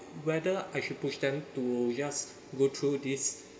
whether I should push them to just go through this